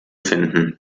finden